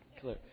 clear